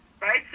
Right